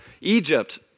Egypt